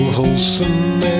Wholesome